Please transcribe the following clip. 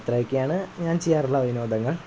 അത്രയൊക്കെയാണ് ഞാൻ ചെയ്യാറുള്ള വിനോദങ്ങൾ